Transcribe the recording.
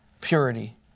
purity